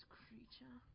creature